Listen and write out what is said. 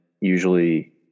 Usually